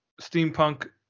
steampunk